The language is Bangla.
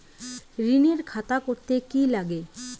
ঋণের খাতা করতে কি লাগে?